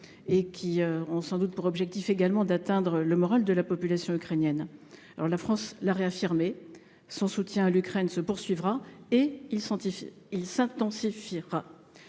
et qui ont sans doute pour objectif d'atteindre le moral de la population ukrainienne. La France l'a réaffirmé, son soutien à l'Ukraine se poursuivra et s'intensifiera.